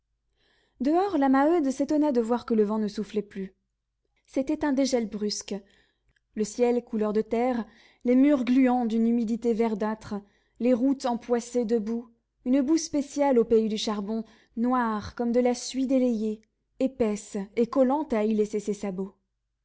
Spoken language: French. dehors la maheude s'étonna de voir que le vent ne soufflait plus c'était un dégel brusque le ciel couleur de terre les murs gluants d'une humidité verdâtre les routes empoissées de boue une boue spéciale au pays du charbon noire comme de la suie délayée épaisse et collante à y laisser ses sabots